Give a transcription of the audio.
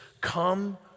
come